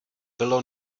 bylo